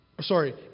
sorry